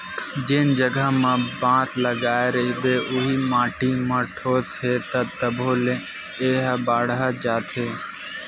जेन जघा म बांस लगाए रहिबे अउ माटी म ठोस हे त तभो ले ए ह बाड़हत जाथे